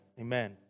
amen